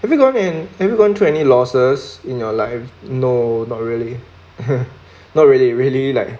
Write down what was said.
have you gone been have you gone through any losses in your life no not really not really really like